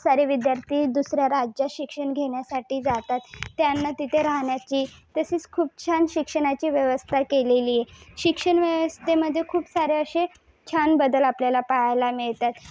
खूप सारे विद्यार्थी दुसऱ्या राज्यात शिक्षण घेण्यासाठी जातात त्यांना तिथे राहण्याची तसेच खूप छान शिक्षणाची व्यवस्था केलेली आहे शिक्षण व्यवस्थेमध्ये खूप सारे असे छान असे बदल आपल्याला पाहायला मिळतात